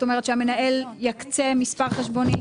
זאת אומרת, שהמנהל יקצה מספר חשבונית?